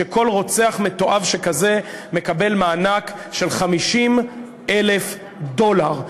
שכל רוצח מתועב שכזה מקבל מענק של 50,000 דולר.